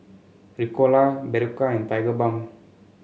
Ricola Berocca and Tigerbalm